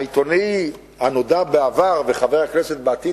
העיתונאי הנודע בעבר וחבר הכנסת בהווה,